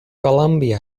columbia